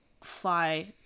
fly